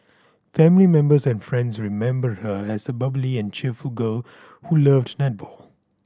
family members and friends remembered her as a bubbly and cheerful girl who loved netball